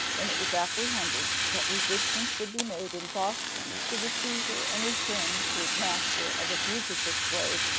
when it was apprehended that resistance would be made in boston to the seizure and return to his master of a fugitive slave,